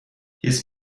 his